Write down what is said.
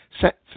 set